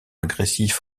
agressif